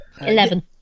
Eleven